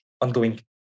ongoing